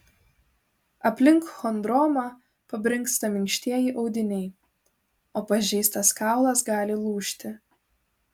aplink chondromą pabrinksta minkštieji audiniai o pažeistas kaulas gali lūžti